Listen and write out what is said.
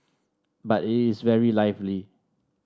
but it is very lively